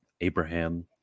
Abraham